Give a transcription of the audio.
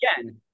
again